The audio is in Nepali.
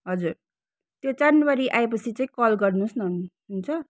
हजुर त्यो चानबारी आएपछि चाहिँ कल गर्नुहोस् न हुन् हुन्छ